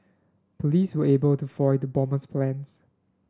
police were able to foil the bomber's plans